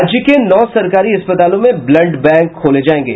राज्य के नौ सरकारी अस्पतालों में ब्लड बैंक खोले जायेंगे